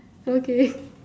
okay